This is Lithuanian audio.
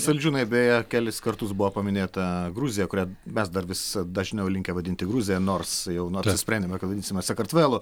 saldžiūnai beje kelis kartus buvo paminėta gruzija kurią mes dar vis dažniau linkę vadinti gruzija nors jau nors sprendėme ką vadinsime sakartvelu